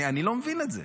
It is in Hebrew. אני לא מבין את זה.